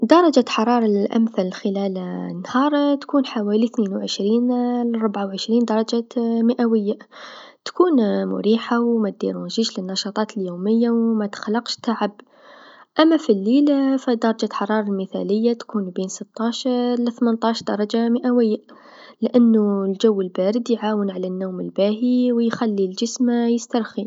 دراجة الحراره الأمثل خلال النهار تكون حوالي ثنين و عشرين لربعا و عشرين درجة مئويا تكون مريحه و مديرونجيش للنشاطات اليوميه و متخلقش تعب، أما في الليل درجة الحراره المثاليا تكون من ستاش لثمنتاش درجة مئويا لأنو الجو البارد يعاون على النوم الباهي و يخلي الجسم يسترخي.